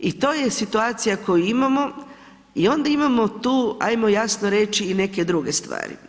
I to je situacija koju imamo i onda imamo tu, ajmo jasno reći i neke druge stvari.